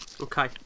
okay